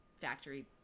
factory